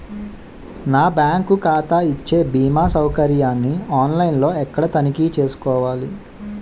నా బ్యాంకు ఖాతా ఇచ్చే భీమా సౌకర్యాన్ని ఆన్ లైన్ లో ఎక్కడ తనిఖీ చేసుకోవాలి?